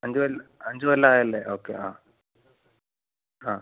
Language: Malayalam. അഞ്ച് കൊല്ലം അഞ്ച് കൊല്ലായല്ലെ ഓക്കെ ആ ആ